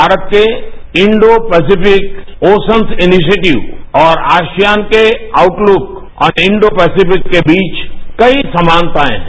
भारत के Indo Pacific ocean initiative और ASEAN के आउटलुक और इंडो स्पेसिफिक के बीच कई समानताएं हैं